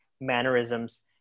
mannerisms